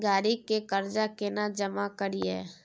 गाड़ी के कर्जा केना जमा करिए?